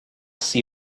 see